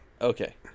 Okay